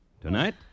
Tonight